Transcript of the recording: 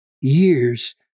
years